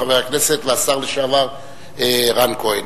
חבר הכנסת והשר לשעבר רן כהן.